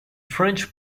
french